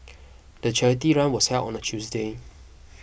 the charity run was held on a Tuesday